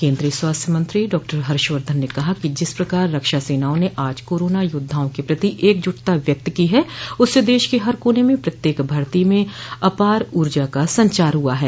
केन्द्रीय स्वास्थ्य मंत्री डॉ हर्षवर्धन ने कहा है कि जिस प्रकार रक्षा सेनाओं ने आज कोरोना योद्धाओं के प्रति एकजुटता व्यक्त की है उससे देश के हर कोने में प्रत्येक भारतीय में अपार ऊर्जा का संचार हुआ है